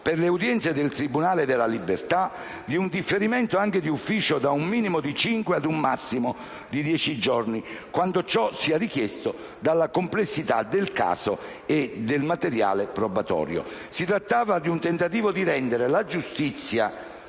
per le udienze del tribunale della libertà di un differimento, anche d'ufficio, da un minimo di cinque ad un massimo di dieci giorni, quando ciò sia richiesto dalla complessità del caso e del materiale probatorio. Si trattava di un tentativo di rendere la giustizia